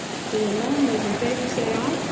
seeing none, those in favor say aye.